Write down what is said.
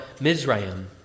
Mizraim